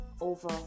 over